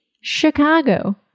Chicago